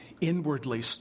inwardly